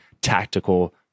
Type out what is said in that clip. tactical